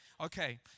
Okay